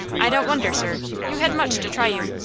i don't wonder, sir. you had much to try you.